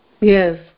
Yes